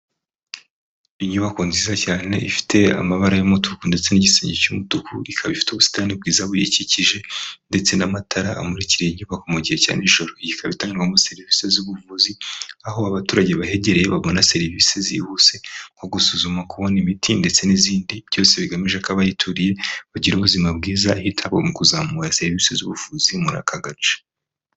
Inyubako nziza cyane ifite amabara y'umutuku ndetse n'igisenge cy'umutuku. Ikaba ifite ubusitani bwiza buyikikije ndetse n'amatara amurikira iyi nyubako mu gihe cya nijoro. Iyi ikaba itangirwamo serivisi z'ubuvuzi aho abaturage bahegereye babona serivisi zihuse nko gusuzuma kubona imiti ndetse n'izindi byose bigamije ko abayituriye bagira ubuzima bwiza, hitabwa mu kuzamura serivisi z'ubuvuzi muri aka gace.